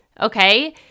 okay